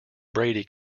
brady